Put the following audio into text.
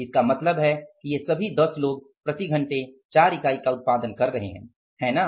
इसका मतलब है कि ये सभी 10 लोग प्रति घंटे 4 इकाई का उत्पादन कर रहे हैं है ना